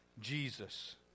Jesus